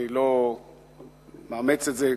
אני לא מאמץ את זה במלואו,